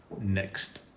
next